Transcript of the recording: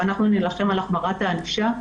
ואנחנו נילחם על החמרת הענישה.